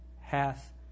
hath